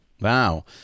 Wow